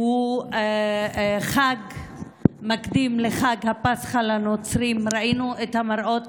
שהוא חג מקדים לחג הפסחא לנוצרים, ראינו את המראות